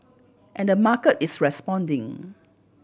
and the market is responding